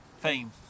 fame